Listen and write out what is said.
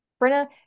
Brenna